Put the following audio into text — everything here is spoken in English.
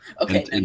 Okay